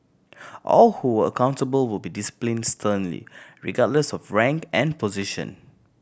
all who are accountable will be discipline sternly regardless of rank and position